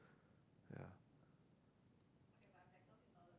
ya